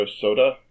Soda